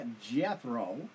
Jethro